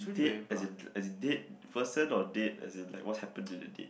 dead as in as in dead person or date as in like what's happened to the date